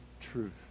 truth